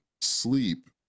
Sleep